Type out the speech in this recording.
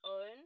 own